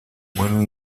buenas